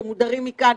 שהם מודרים מכאן,